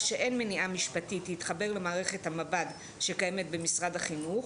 שאין מניעה משפטית להתחבר למערכת המב"ד שקיימת במשרד החינוך,